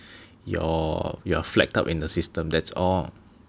you're you're flagged up in the system that's all